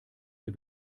der